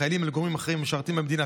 ברשעותה ובאכזריותה כלפי חיילים ואזרחים כאחד,